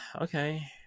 okay